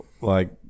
like-